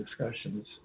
discussions